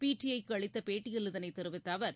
பிடிஐக்குஅளித்தபேட்டியில் இதனைத் தெரிவித்தஅவர்